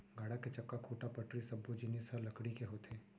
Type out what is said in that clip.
गाड़ा के चक्का, खूंटा, पटरी सब्बो जिनिस ह लकड़ी के होथे